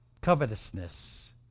covetousness